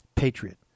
Patriot